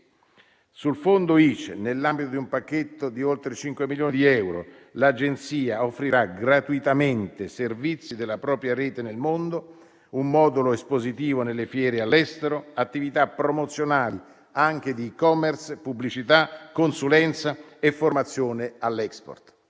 Sul Fondo ICE, nell'ambito di un pacchetto di oltre 5 milioni di euro, l'Agenzia offrirà gratuitamente i servizi della propria rete nel mondo, un modulo espositivo nelle fiere all'estero, attività promozionali anche di *e-commerce*, pubblicità, consulenza e formazione all'*export*.